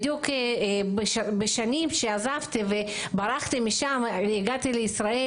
בדיוק בשנים שעזבתי וברחתי משם והגעתי לישראל.